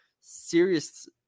serious